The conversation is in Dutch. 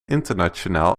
internationaal